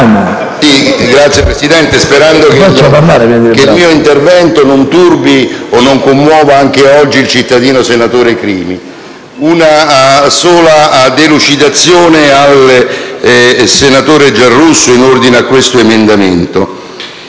Signor Presidente, sperando che il mio intervento non turbi o non commuova anche oggi il cittadino senatore Crimi, vorrei fornire una sola delucidazione al senatore Giarrusso in ordine all'emendamento